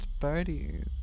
birdies